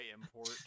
import